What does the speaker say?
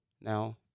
Now